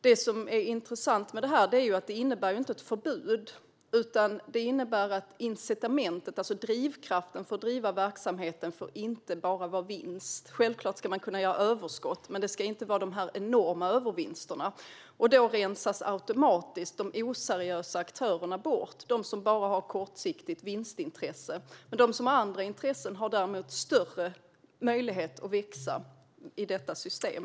Det som är intressant med förslaget är att det inte innebär ett förbud, utan det innebär att incitamentet, alltså drivkraften för att driva verksamheten, inte bara får vara vinst. Självklart ska man kunna göra överskott, men det ska inte vara dessa enorma övervinster. Då rensas automatiskt de oseriösa aktörerna bort, de som bara har kortsiktigt vinstintresse. De som har andra intressen har därmed större möjlighet att växa i detta system.